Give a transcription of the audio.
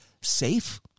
safe